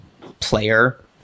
player